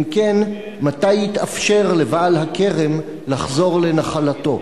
אם כן, מתי יתאפשר לבעל הכרם לחזור לנחלתו?